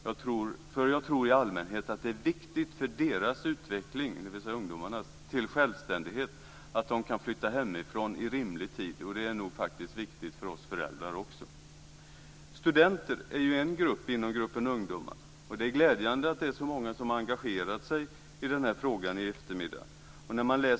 Jag tror i allmänhet att det är viktigt för ungdomars utveckling till självständighet att de kan flytta hemifrån i rimlig tid, och det är nog faktiskt viktigt också för oss föräldrar. Det är glädjande att det är så många som har engagerat sig i den här frågan här under eftermiddagen.